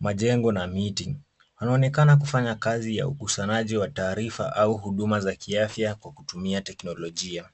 majengo na miti. Wanaonekana kufanya kazi ya ukusanyaji wa taarifa au huduma za afya kwa kutumia teknolojia.